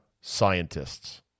scientists